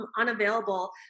unavailable